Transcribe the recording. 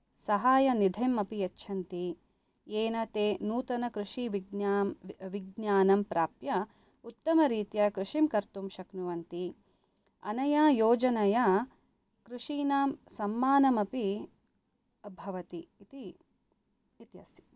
सहायनिधिम् अपि यच्छन्ति येन ते नूतनकृषिविज्ञां विज्ञानं प्राप्य उत्तमरीत्या कृषिं कर्तुं शक्नुवन्ति अनया योजनया कृषीणाम् समानमपि भवति इति इत्यस्ति